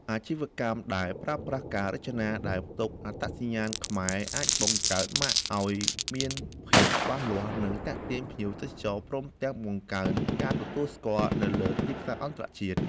អាជីវកម្មដែលប្រើប្រាស់ការរចនាដែលផ្ទុកអត្តសញ្ញាណខ្មែរអាចបង្កើតម៉ាកឲ្យមានភាពច្បាស់លាស់ និងទាក់ទាញភ្ញៀវទេសចរ ព្រមទាំងបង្កើនការទទួលស្គាល់នៅលើទីផ្សារអន្តរជាតិ។